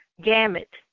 gamut